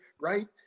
Right